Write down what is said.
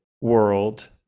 world